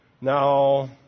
Now